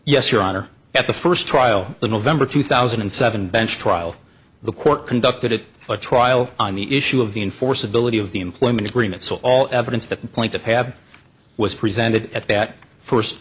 yes your honor at the first trial the november two thousand and seven bench trial the court conducted at the trial on the issue of the enforceability of the employment agreement so all evidence that point to have was presented at that first